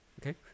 Okay